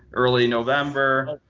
early november.